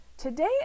Today